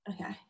Okay